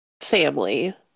family